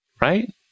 right